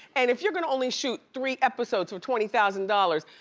and if you're gonna only shoot three episodes for twenty thousand dollars,